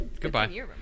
Goodbye